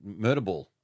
Murderball